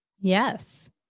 Yes